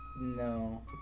No